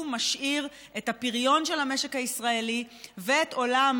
משאיר את הפריון של המשק הישראלי ואת עולם